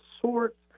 sorts